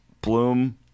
Bloom